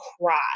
cry